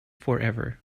forever